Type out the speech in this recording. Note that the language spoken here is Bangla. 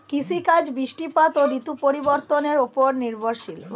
কৃষিকাজ বৃষ্টিপাত ও ঋতু পরিবর্তনের উপর নির্ভরশীল